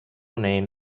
name